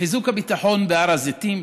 בחיזוק הביטחון בהר הזיתים?